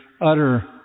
utter